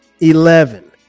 Eleven